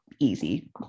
easy